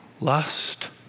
lust